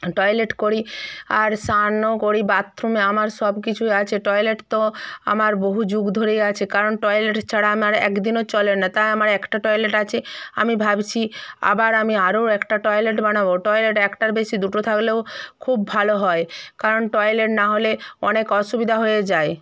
toilet করি আর স্নানও করি বাথরুমে আমার সব কিছুই আছে টয়লেট তো আমার বহু যুগ ধরেই আছে কারণ টয়লেট ছাড়া আমার এক দিনও চলে না তা আমার একটা টয়লেট আছে আমি ভাবছি আবার আমি আরও একটা টয়লেট বানাবো টয়লেট একটার বেশি দুটো থাকলেও খুব ভালো হয় কারণ টয়লেট না হলে অনেক অসুবিধা হয়ে যায়